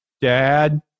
dad